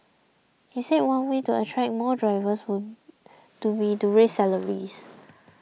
he said one way to attract more drivers would to be to raise salaries